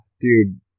dude